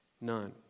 None